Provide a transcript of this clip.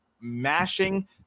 mashing